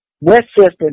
Westchester